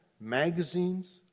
magazines